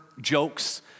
jokes